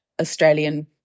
Australian